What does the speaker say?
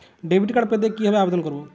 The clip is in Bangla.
ডেবিট কার্ড পেতে কি ভাবে আবেদন করব?